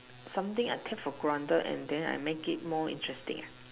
something I take for granted and then I make it more interesting ah